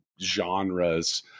genres –